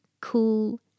cool